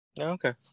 okay